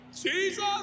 Jesus